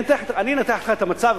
אני אנתח לך את המצב,